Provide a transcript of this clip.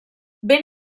ben